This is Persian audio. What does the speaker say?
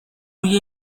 روی